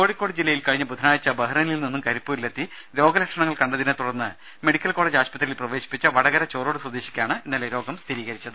രുമ കോഴിക്കോട് ജില്ലയിൽ കഴിഞ്ഞ ബുധനാഴ്ച ബഹ്റൈനിൽ നിന്നു കരിപ്പൂരിലെത്തി രോഗ ലക്ഷണങ്ങൾ കണ്ടതിനെ തുടർന്ന് കോഴിക്കോട് മെഡിക്കൽ കോളേജ് ആശുപത്രിയിൽ പ്രവേശിപ്പിച്ച വടകര ചോറോട് സ്വദേശിക്കാണ് ഇന്നലെ രോഗം സ്ഥിരീകരിച്ചത്